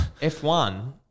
F1